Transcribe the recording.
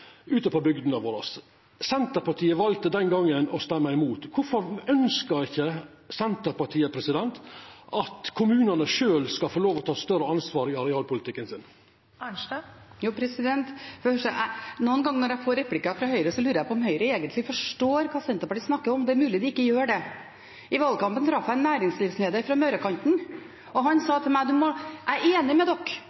ute på bygdene våre. Senterpartiet valte den gongen å stemma imot. Kvifor ønskjer ikkje Senterpartiet at kommunane sjølve skal få lov til å ta eit større ansvar i arealpolitikken? Noen ganger når jeg får replikker fra Høyre, lurer jeg på om Høyre egentlig forstår hva Senterpartiet snakker om. Det er mulig de ikke gjør det. I valgkampen traff jeg en næringslivsleder fra Møre-kanten, og han sa